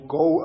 go